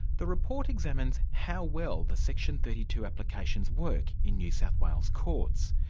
the report examines how well the section thirty two applications work in new south wales courts.